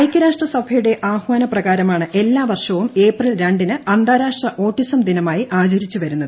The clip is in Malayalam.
ഐക്യരാഷ്ട്രസഭയുടെ ഇന്ന് ആഹ്വാനപ്രകാരമാണ് എല്ലാവർഷവും ഏപ്രിൽ രണ്ടിന്അന്താരാഷ്ട്ര ഓട്ടിസം ദിനമായി ആചരിച്ചുവരുന്നത്